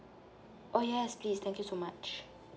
oh yes please thank you so much